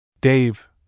Dave